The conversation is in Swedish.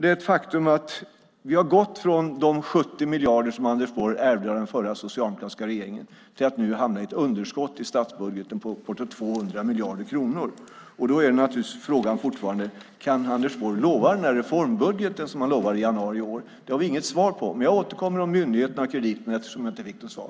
Det är ett faktum att vi har gått från de 70 miljarder som Anders Borg ärvde av den förra socialdemokratiska regeringen till att nu hamna i ett underskott i statsbudgeten på bortåt 200 miljarder kronor. Frågan är fortfarande: Kan Anders Borg leverera den reformbudget som han lovade i januari i år? Det har vi inget svar på. Jag återkommer om myndigheterna och krediterna eftersom jag inte fick något svar.